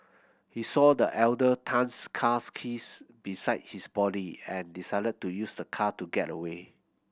he saw the elder Tan's cars keys beside his body and decided to use the car to get away